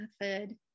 method